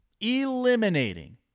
eliminating